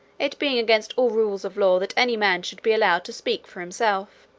it being against all rules of law that any man should be allowed to speak for himself.